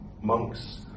Monks